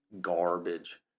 garbage